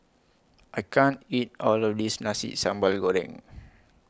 I can't eat All of This Nasi Sambal Goreng